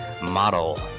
model